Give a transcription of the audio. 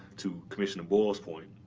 to commissioner boyle's point,